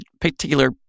particular